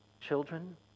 Children